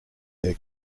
their